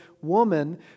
woman